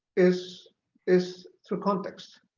is is through context.